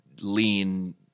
lean